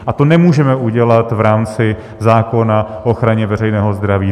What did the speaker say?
A to nemůžeme udělat v rámci zákona o ochraně veřejného zdraví.